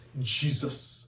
Jesus